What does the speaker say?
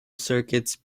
circuits